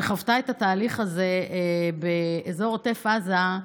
שחוותה את התהליך הזה באזור עוטף עזה,